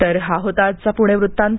तर हा होता आजचा पुणे वृत्तांत